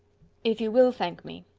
if you will thank me,